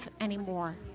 anymore